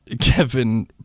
Kevin